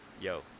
yo